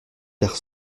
dire